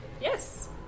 Yes